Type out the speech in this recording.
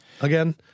again